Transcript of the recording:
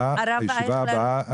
הישיבה הזו נעולה.